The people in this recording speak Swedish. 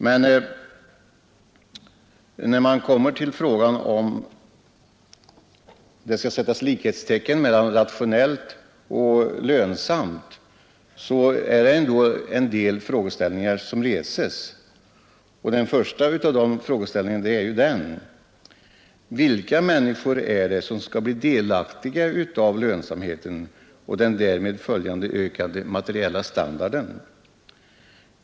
Men när man kommer till frågan om det skall sättas likhetstecken mellan rationellt och lönsamt, så är det ändå en del frågeställningar som reses, och den första är denna: Vilka människor är det som skall bli delaktiga av lönsamheten och den därmed följande högre materiella standarden?